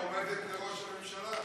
יש כבר מועמדת לראש הממשלה,